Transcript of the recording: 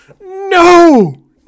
No